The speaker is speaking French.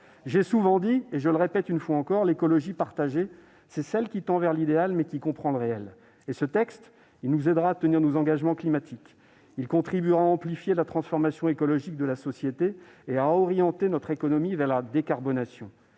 J'ai souvent dit, et je le répète une fois encore, l'écologie partagée, c'est celle qui tend vers l'idéal, mais qui comprend le réel. Ce texte nous aidera à tenir nos engagements climatiques : il contribuera à amplifier la transformation écologique de la société et à orienter notre économie vers la décarbonation.